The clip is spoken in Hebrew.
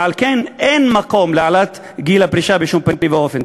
ועל כן אין מקום להעלאת גיל הפרישה בשום פנים ואופן.